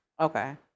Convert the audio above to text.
Okay